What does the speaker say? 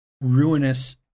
ruinous